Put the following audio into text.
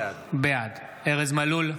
בעד ארז מלול,